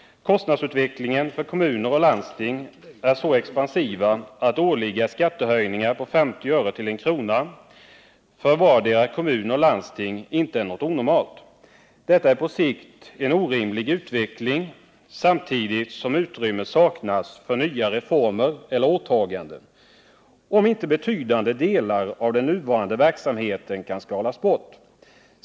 Kostnadsutvecklingen för kommuner och landsting är så expansiv att årliga skattehöjningar på 50 öre till 1 kr. för vardera kommun och landsting inte är något onormalt. Detta är på sikt en orimlig utveckling, samtidigt som utrymme saknas för nya reformer eller åtaganden, om inte betydande delar av den nuvarande verksamheten kan skalas bort.